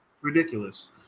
Ridiculous